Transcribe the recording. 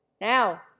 Now